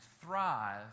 thrive